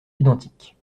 identiques